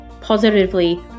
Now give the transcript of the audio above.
positively